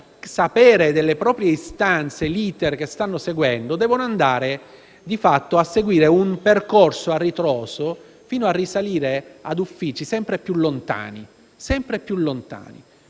sapere delle proprie istanze e dell'*iter* che stanno seguendo, devono di fatto seguire un percorso a ritroso, fino a risalire a uffici sempre più lontani. Questo è il